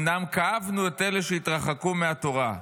ואומנם כאבנו את אלה שהתרחקו מהתורה.